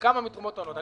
וכמה מגיע בתרומות קטנות.